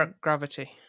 Gravity